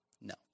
no